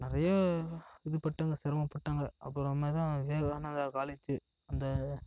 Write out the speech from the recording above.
நிறையா இதுபட்டாங்க சிரமப்பட்டாங்க அப்புறமேதான் விவேகானந்தா காலேஜு அந்த